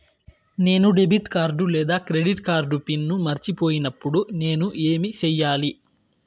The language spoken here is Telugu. నేను డెబిట్ కార్డు లేదా క్రెడిట్ కార్డు పిన్ మర్చిపోయినప్పుడు నేను ఏమి సెయ్యాలి?